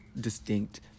distinct